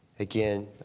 Again